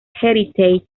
heritage